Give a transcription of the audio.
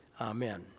Amen